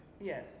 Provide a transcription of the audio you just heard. Yes